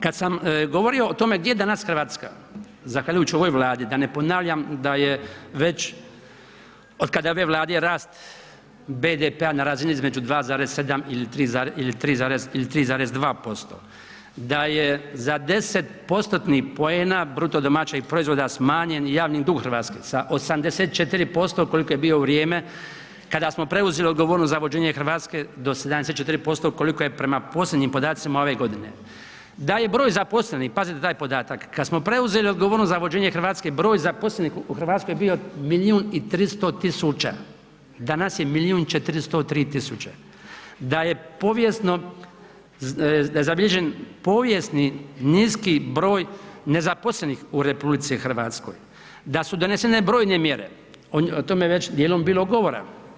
Kad sam govorio o tome gdje je danas Hrvatska zahvaljujući ovoj Vladi, da ne ponavljam da je već otkada je ove Vlade rast BDP-a na razini između 2,7 ili 3,2%, da je za 10%-tnih poena BDP-a smanjen javni dug Hrvatske sa 84% koliko je bio u vrijeme kada smo preuzeli odgovornost za vođenje Hrvatske do 74% koliko je prema posljednjim podacima ove godine, da je broj zaposlenih, pazite taj podatak, kad smo preuzeli odgovornost za vođenje Hrvatske, broj zaposlenih u Hrvatskoj bio milijun i 300 000, danas je milijun i 403 000, da je povijesno, da je zabilježen povijesni niski broj nezaposlenih u RH, da su donesene brojne mjere, o tome je već djelom bilo govora.